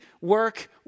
work